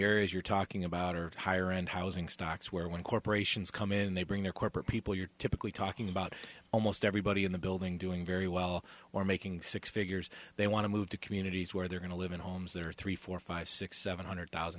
areas you're talking about are higher end housing stocks where when corporations come in they bring their corporate people you're typically talking about almost everybody in the building doing very well or making six figures they want to move to communities where they're going to live in homes that are three four five six seven hundred thousand